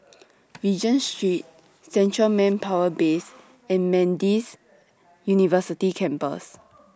Regent Street Central Manpower Base and MDIS University Campus